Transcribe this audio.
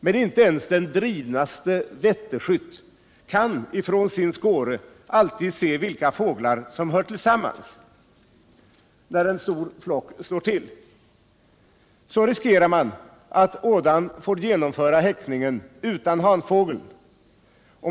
Men inte ens den drivnaste vetteskytt kan från sin skåre alltid se vilka fåglar som hör samman när en stor flock slår till. Då riskerar man att ådan får genomföra häckningen utan hanfågel.